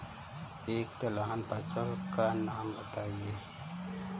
एक दलहन फसल का नाम बताइये